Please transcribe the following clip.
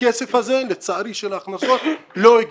הכסף הזה של ההכנסות, לצערי לא הגיע.